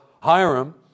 Hiram